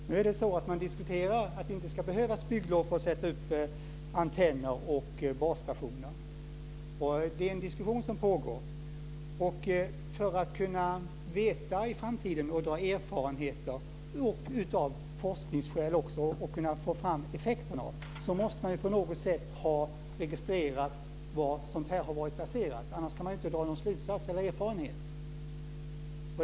Fru talman! Nu är det så att man diskuterar att det inte ska behövas bygglov för att sätta upp antenner och basstationer. Det är en diskussion som pågår. För att kunna veta i framtiden, för att kunna få erfarenheter och för att - också av forskningsskäl - kunna få fram vilka effekterna är måste man på något sätt ha registrerat var sådant har varit placerat - annars kan man inte dra någon slutsats.